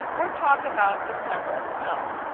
or talk about the sense of smell.